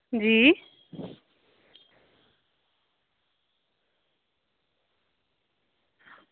जी